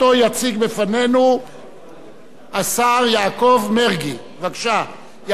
עברה בקריאה ראשונה,